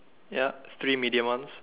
yup three medium ones